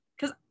cause